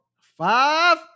Five